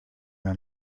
mehr